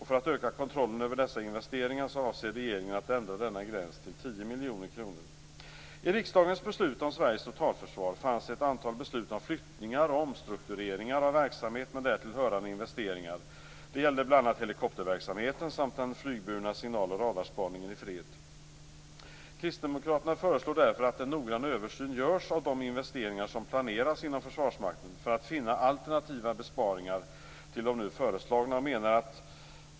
För att öka kontrollen över dessa investeringar avser regeringen att ändra denna gräns till 10 miljoner kronor. fanns ett antal beslut om flyttningar och omstruktureringar av verksamhet med därtill hörande investeringar. Det gäller bl.a. helikopterverksamheten samt den flygburna signal och radarspaningen i fred. Kristdemokraterna föreslår därför att en noggrann översyn görs av de investeringar som planeras inom Försvarsmakten för att finna alternativa besparingar till de nu föreslagna.